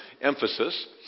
emphasis